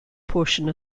portion